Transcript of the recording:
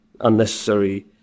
unnecessary